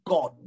God